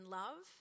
love